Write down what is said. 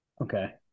okay